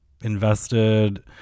invested